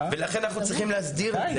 ולכן אנחנו צריכים להסדיר את זה.